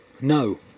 No